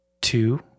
Two